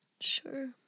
Sure